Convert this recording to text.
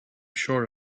sure